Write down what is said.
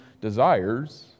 desires